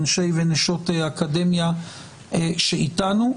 אנשי ונשות אקדמיה שאיתנו.